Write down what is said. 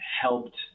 helped